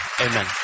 Amen